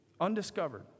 undiscovered